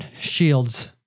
shields